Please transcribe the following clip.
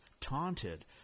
taunted